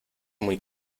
muy